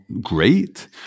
great